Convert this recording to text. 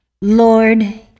Lord